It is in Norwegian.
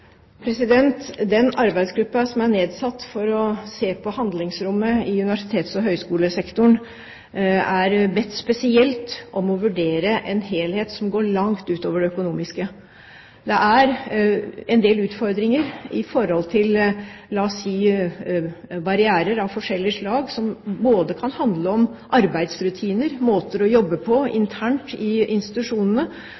Den arbeidsgruppen som er nedsatt for å se på handlingsrommet i universitets- og høyskolesektoren, er bedt spesielt om å vurdere en helhet som går langt utover det økonomiske. Det er en del utfordringer i forhold til, la oss si, barrierer av forskjellige slag, som både kan handle om arbeidsrutiner og måter å jobbe på